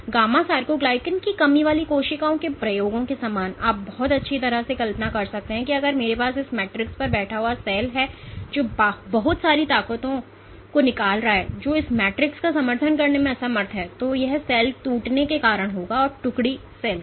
gamma sarcoglycan की कमी वाली कोशिकाओं के प्रयोगों के समान आप बहुत अच्छी तरह से कल्पना कर सकते हैं अगर मेरे पास इस मैट्रिक्स पर बैठा सेल है जो बहुत सारी ताकतों को निकाल रहा है जो इस मैट्रिक्स का समर्थन करने में असमर्थ है तो यह सेल के टूटने का कारण होगा या टुकड़ी सेल का